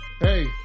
hey